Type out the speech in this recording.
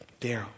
Daryl